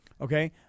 Okay